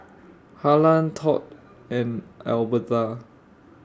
Harland Todd and Albertha